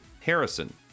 Harrison